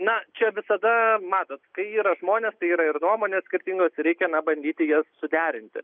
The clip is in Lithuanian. na čia visada matot kai yra žmonės yra ir nuomonės skirtingos reikia na bandyti jas suderinti